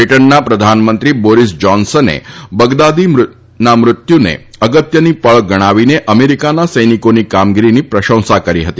બ્રિટનના પ્રધાનમંત્રી બોરીસ જોન્સને બગદાદીના મૃત્યુને અગત્યની પળ ગણાવીને અમેરિકાના સૈનિકોની કામગીરીની પ્રશંસા કરી હતી